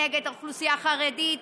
כנגד אוכלוסייה חרדית,